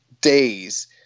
days